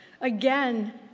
again